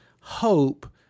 hope